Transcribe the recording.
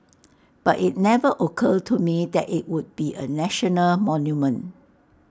but IT never occurred to me that IT would be A national monument